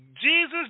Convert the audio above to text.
Jesus